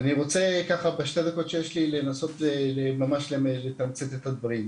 אני רוצה לנסות ולתמצת את הדברים.